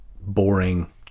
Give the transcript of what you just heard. boring